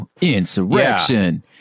Insurrection